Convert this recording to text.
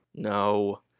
No